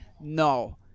No